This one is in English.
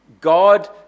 God